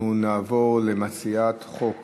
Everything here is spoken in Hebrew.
אנחנו נעבור למציעת הצעת חוק